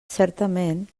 certament